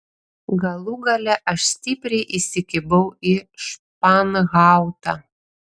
galų gale aš stipriai įsikibau į španhautą